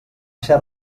ser